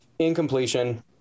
incompletion